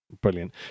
brilliant